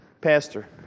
Pastor